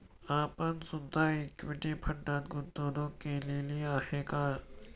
आपण सुद्धा इक्विटी फंडात गुंतवणूक केलेली आहे का?